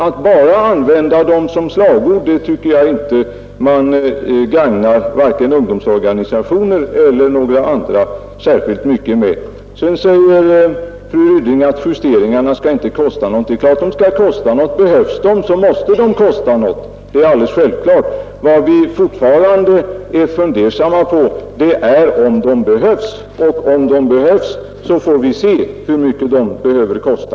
Att bara använda dem som slagord tycker jag inte att man gagnar vare sig ungdomsorganisationerna eller någon annan så mycket med. Fru Ryding sade också att justeringarna inte skall kosta någonting. Det är klart att de skall göra det. Om justeringarna behövs måste de naturligtvis kosta något, det är självklart. Men vad vi fortfarande är fundersamma på är om de behövs. Och om de behövs, så får vi se hur mycket de måste kosta.